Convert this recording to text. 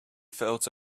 felt